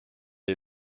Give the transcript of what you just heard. est